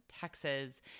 Texas